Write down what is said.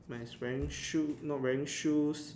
my is wearing shoe not wearing shoes